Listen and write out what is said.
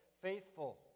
faithful